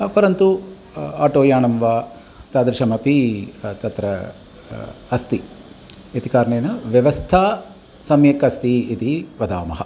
परन्तु आटो यानं वा तादृशमपि तत्र अस्ति इति कारणेन व्यवस्था सम्यक् अस्ति इति वदामः